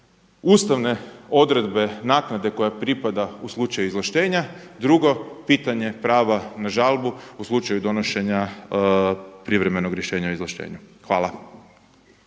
ustavne odredbe naknade koja pripada u slučaju izvlaštenja, drugo pitanje prava na žalbu u slučaju donošenja privremenog rješenja o izvlaštenju. Hvala.